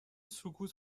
سکوت